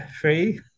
free